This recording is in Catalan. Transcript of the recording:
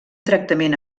tractament